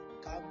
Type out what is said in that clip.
come